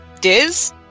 Diz